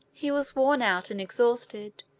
he was worn out and exhausted,